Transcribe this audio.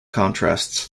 contrasts